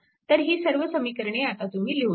तर ही सर्व समीकरणे आता तुम्ही लिहू शकता